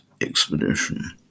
expedition